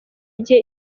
gihe